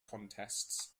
contests